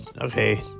okay